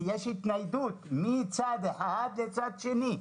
כי יש התניידות מצד אחד לצד שני,